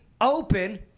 open